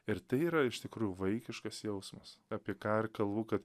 ir tai yra iš tikrų vaikiškas jausmas apie ką ir kalu ka